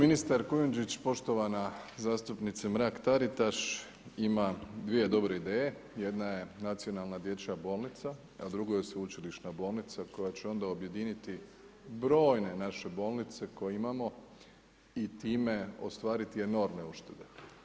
Evo ministar Kujundžić, poštovana zastupnice Mrak-Taritaš ima dvije dobre ideje, jedna je nacionalna dječja bolnica a druga je sveučilišna bolnica koja će onda objediniti brojne naše bolnice koje imamo i time ostvariti enormne uštede.